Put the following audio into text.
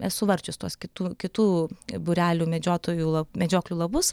esu varčius tuos kitų kitų būrelių medžiotojų medžioklių lapus